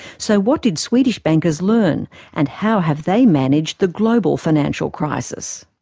so what did swedish bankers learn and how have they managed the global financial crisis?